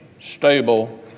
stable